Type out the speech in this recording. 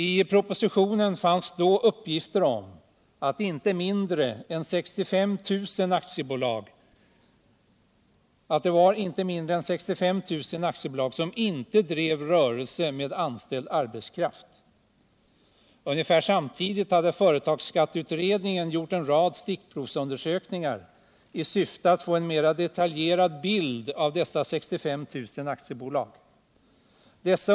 I propositionen fanns då uppgifter som visade att det var inte mindre än 65 000 aktiebolag som inte drev rörelse med anställd arbetskraft. Ungefär samtidigt hade företagsskatteutredningen gjort en rad stickprovsundersökningar i syfte att få en mera detaljerad bild av dessa 65 000 aktiebolag.